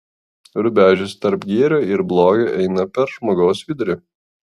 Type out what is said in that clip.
rubežius tarp gėrio ir blogio eina per žmogaus vidurį